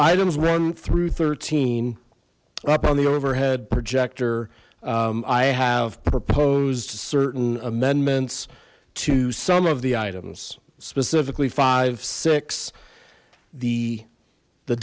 items one through thirteen up on the overhead projector i have proposed certain amendments to some of the items specifically five six the the